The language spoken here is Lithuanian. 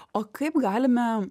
o kaip galime